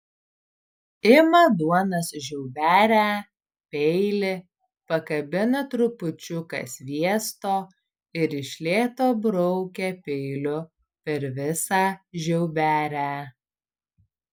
ima duonos žiauberę peilį pakabina trupučiuką sviesto ir iš lėto braukia peiliu per visą žiauberę